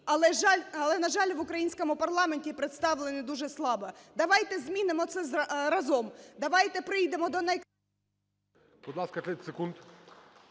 Але, на жаль, в українському парламенті представлені дуже слабо. Давайте змінимо це разом. Давайте прийдемо до …